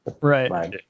right